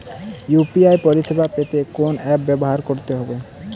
UPI পরিসেবা পেতে কোন অ্যাপ ব্যবহার করতে হবে?